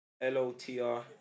L-O-T-R